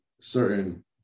certain